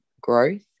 growth